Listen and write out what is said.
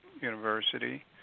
University